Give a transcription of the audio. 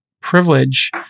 privilege